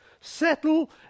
Settle